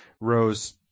Rose